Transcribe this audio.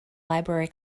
library